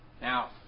Now